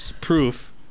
proof